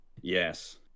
Yes